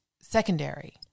secondary